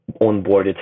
onboarded